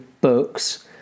books